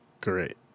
great